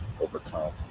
overcome